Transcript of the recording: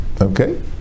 Okay